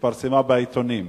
שהתפרסמה בעיתונים,